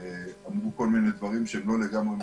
ואמרו כל מיני דברים שהם לא לגמרי מדויקים.